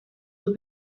were